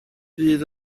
fydd